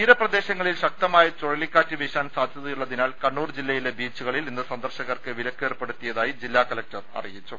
തീരപ്രദേശങ്ങളിൽ ശക്തമായ ചുഴലിക്കാറ്റ് വീശാൻ സാധ്യതയുള്ളതിനാൽ കണ്ണൂർ ജില്ലയിലെ ബീച്ചുകളിൽ ഇന്ന് സന്ദർശകർക്ക് വിലക്ക് ഏർപ്പെടുത്തിയതായി ജില്ലാ കലക്ടർ അറിയിച്ചു